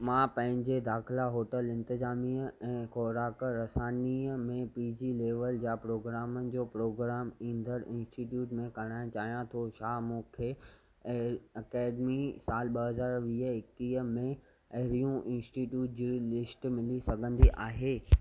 मां पंहिंजे दाख़िला होटल इंतिज़ामिया ऐं ख़ुराक रसानीअ में पी जी लैवल जा प्रोग्रामनि जो प्रोग्राम ईंदड़ इन्स्टिटयूट में कराइणु चाहियां थो छा मूंखे ऐं ऐकडेमी सालु ॿ हज़ार वीह एकवीह में अहिड़ियूं इन्स्टिट्यूट जी लिस्ट मिली सघंदी आहे